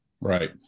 right